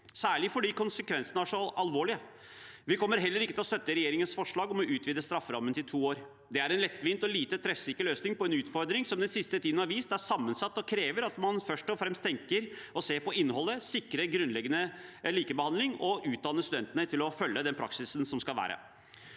særlig fordi konsekvensene er så alvorlige. Vi kommer heller ikke til å støtte regjeringens forslag om å utvide strafferammen til to år. Det er en lettvint og lite treffsikker løsning på en utfordring som den siste tiden har vist er sammensatt, og krever at man først og fremst tenker og ser på innholdet, sikrer grunnleggende likebehandling og utdanner studentene til å følge den praksisen som skal være.